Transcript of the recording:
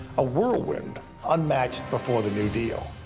a whirlwind unmatched before the new deal.